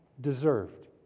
deserved